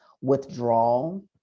withdrawal